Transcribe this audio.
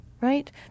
right